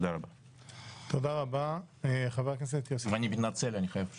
אני מתנצל שעלי לעזוב.